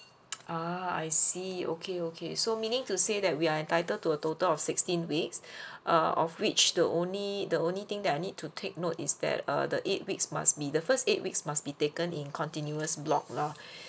ah I see okay okay so meaning to say that we are entitled to a total of sixteen weeks err of which the only the only thing that I need to take note is that err the eight weeks must be the first eight weeks must be taken in continuous block loh